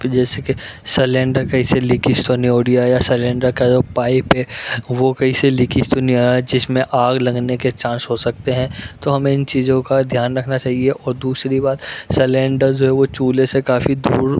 کہ جیسے کہ سیلینڈر کہیں سے لیکیج تو نہیں ہو رہا یا سلینڈر کا جو پائپ ہے وہ کہیں سے لیکیج تو نہیں ہو رہا جس میں آگ لگنے کے چانس ہو سکتے ہیں تو ہمیں ان چیزوں کا دھیان رکھنا چاہیے اور دوسری بات سلینڈر جو ہے وہ چولہے سے کافی دور